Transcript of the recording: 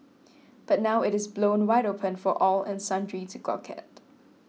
but now it is blown wide open for all and sundry to gawk at